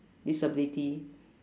disability